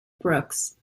brooks